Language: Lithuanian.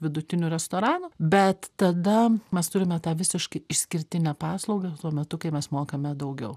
vidutinių restoranų bet tada mes turime tą visiškai išskirtinę paslaugą tuo metu kai mes mokame daugiau